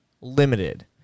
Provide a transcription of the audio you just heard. limited